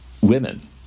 women